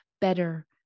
better